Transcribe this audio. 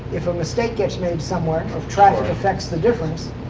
if a mistake gets made somewhere, or if traffic affect the difference,